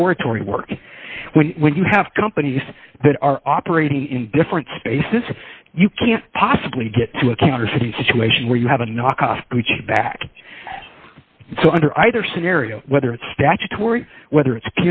the board tory work when when you have companies that are operating in different spaces you can't possibly get to a counterspy situation where you have a knock off back so under either scenario whether it's statutory whether it's